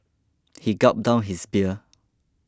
he gulped down his beer